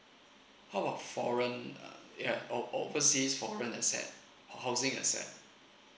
how about foreign uh ya ov~ ov~ overseas foreign asset housing asset